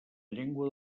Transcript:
llengua